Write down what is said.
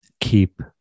keep